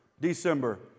December